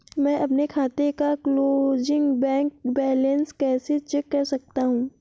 मैं अपने खाते का क्लोजिंग बैंक बैलेंस कैसे चेक कर सकता हूँ?